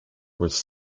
was